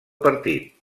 partit